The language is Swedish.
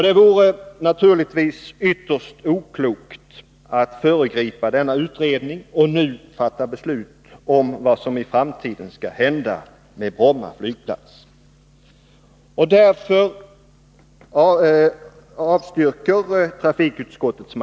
Det vore naturligtvis ytterst oklokt att föregripa denna utredning och att nu fatta beslut om vad som i framtiden skall hända när det gäller Bromma flygplats.